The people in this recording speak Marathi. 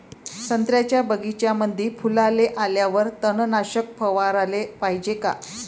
संत्र्याच्या बगीच्यामंदी फुलाले आल्यावर तननाशक फवाराले पायजे का?